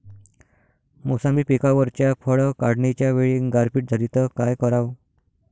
मोसंबी पिकावरच्या फळं काढनीच्या वेळी गारपीट झाली त काय कराव?